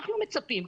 אנחנו מצפים,